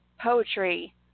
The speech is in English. poetry